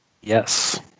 Yes